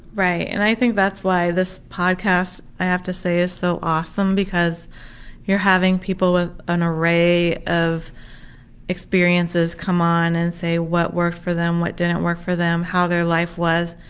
and i think that's why this podcast, i have to say, is so awesome, because you're having people with an array of experiences come on and say what worked for them, what didn't work for them, how their life was,